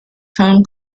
tom